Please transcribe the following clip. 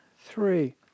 three